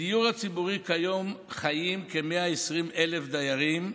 בדיור הציבורי כיום חיים כ-120,000 דיירים,